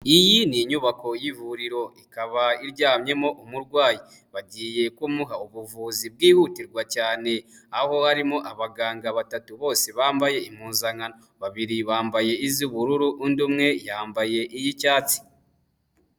Iyi ni inyubako y'ivuriro ikaba iryamyemo umurwayi, bagiye kumuha ubuvuzi bwihutirwa cyane aho harimo abaganga batatu bose bambaye impuzankano, babiri bambaye iz'ubururu, undi umwe yambaye iy'icyatsi.